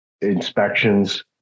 inspections